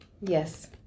Yes